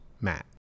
Matt